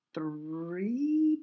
Three